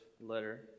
letter